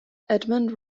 edmund